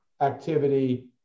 activity